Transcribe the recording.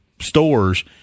stores